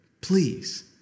Please